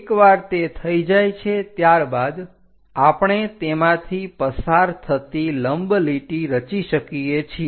એકવાર તે થઈ જાય છે ત્યારબાદ આપણે તેમાંથી પસાર થતી લંબ લીટી રચી શકીએ છીએ